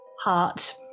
heart